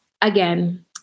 again